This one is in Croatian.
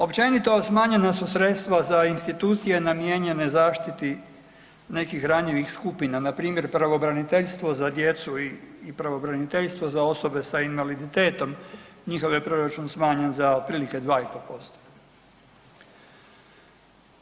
Općenito smanjena su sredstva za institucije namijenjene zaštiti nekih ranjivih skupina npr. pravobraniteljstvo za djecu i pravobraniteljstvo za osobe sa invaliditetom, njihov je proračun smanjen za otprilike 2,5%